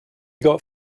got